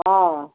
हाँ